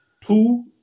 two